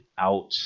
out